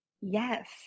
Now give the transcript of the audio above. Yes